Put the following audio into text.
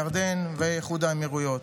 ירדן ואיחוד האמירויות.